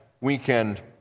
weekend